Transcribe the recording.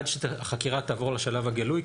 עד שהחקירה תעבור לשלב הגלוי,